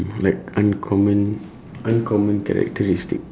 like uncommon uncommon characteristic